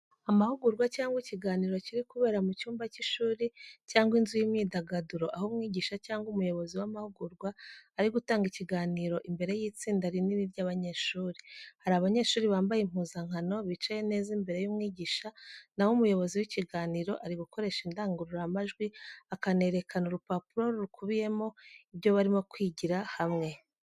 Amahugurwa cyangwa ikiganiro kiri kubera mu cyumba cy’ishuri cyangwa inzu y’imyidagaduro aho umwigisha cyangwa umuyobozi w’amahugurwa ari gutanga ikiganiro imbere y’itsinda rinini ry’abanyeshuri. Hari abanyeshuri bambaye impuzankano bicaye neza imbere y’umwigisha, naho umuyobozi w’ikiganiro ari gukoresha indangururamajwi akanerekana urupapuro rukubiyemo ibyo barimo kwigira hamwe.